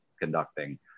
conducting